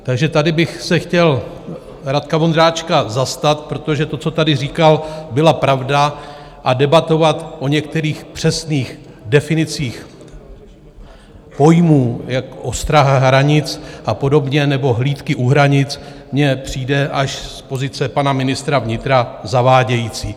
Takže tady bych se chtěl Radka Vondráčka zastat, protože to, co tady říkal, byla pravda, a debatovat o některých přesných definicích pojmů jako ostraha hranic a podobně nebo hlídky u hranic mně přijde z pozice pana ministra vnitra až zavádějící.